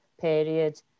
period